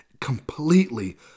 completely